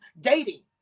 dating